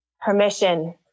permission